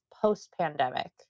post-pandemic